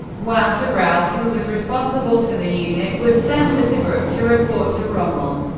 walther rauff, who was responsible for the unit, was sent to tobruk to report to rommel,